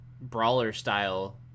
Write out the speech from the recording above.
brawler-style